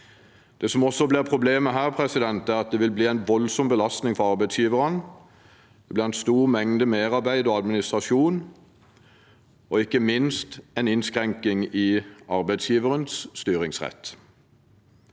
Det som også blir problemet her, er at det vil bli en voldsom belastning for arbeidsgiveren. Det blir en stor mengde merarbeid og administrasjon, og ikke minst en innskrenking i arbeidsgiverens styringsrett.